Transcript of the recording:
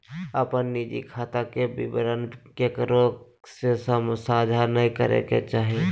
अपन निजी खाता के विवरण केकरो से साझा नय करे के चाही